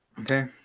Okay